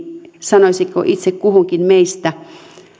sanoisinko itse kullakin meistä